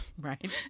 Right